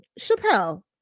Chappelle